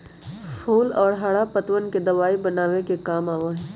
फूल और हरा पत्तवन के दवाई बनावे के काम आवा हई